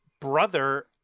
brother